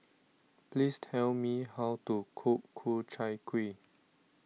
please tell me how to cook Ku Chai Kuih